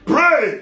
Pray